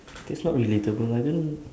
I guess not relatable I don't